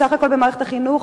בסך הכול במערכת החינוך,